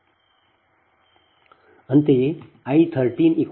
4169 0